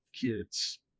kids